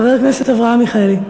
חבר הכנסת אברהם מיכאלי,